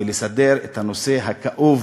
ולסדר את הנושא הכאוב